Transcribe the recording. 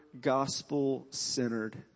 gospel-centered